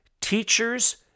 teachers